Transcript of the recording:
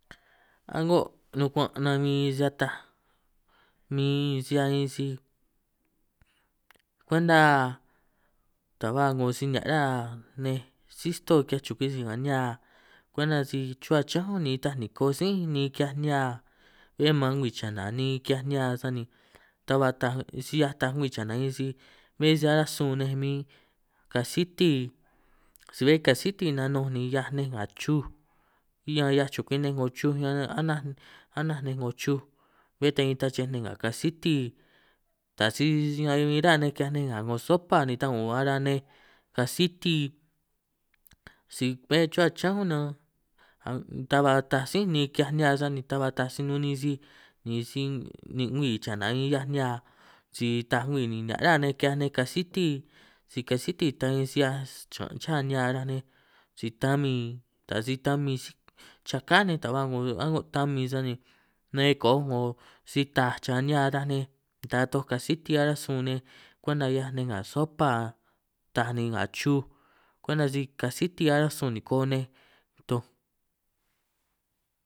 Aꞌngo nuguanꞌ nan mi sa taj mi si ꞌhia bin, si kwenta ta ba ꞌngo si nihiaꞌ ra nej sí stoo kiꞌhiaj chukwi si, nga nihia kwenta si chuhua chiñán unj ni nitaj niko sí niꞌin kiꞌhiaj nihia, bé man ngwii chana niꞌin kiꞌhiaj nihia sani ta ba taaj si ꞌhiaj taaj ngwii chana, bé si araj sun nej min kasiti si bé kasiti nanunj ni ꞌhiaj nej nga chuj ñan ꞌhiaj chukwi ninj, ꞌngo chuj ñan anaj anaj ninj ꞌngo chuj bé ta bin tnachej ninj nga kasiti, ta si ñan bin ra nej kiꞌhiaj nej ꞌngo sopa, ni taun ara nej kasiti si bé chuhua chiñánj unj nan aꞌ ta ba taaj sí niꞌin kiꞌhiaj nihia, sani ta ba taaj si nun niꞌin sij ni sij ni ngwii chana min ꞌhiaj nihia, si taaj ngwii ni nihiaꞌ ra nej kiꞌhiaj nej kasiti si kasiti ta bin si ꞌhiaj chiñanꞌ cha nihia ataj nej, si tamin ta si tamin siꞌ chaká nej, taj si ba ꞌngo aꞌngo tamin sani naꞌbbe koꞌ ꞌngo si taj cha nihia taj nej, ta toj kasiti araj sun nej kwenta kiꞌhiaj nej nga sopa taaj, ni nga chuj kwenta si kasiti araj sun niko nej toj